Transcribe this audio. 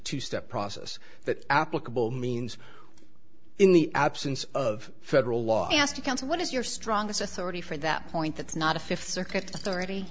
two step process that applicable means in the absence of federal law i asked counsel what is your strongest authority for that point that's not a